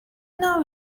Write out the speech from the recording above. know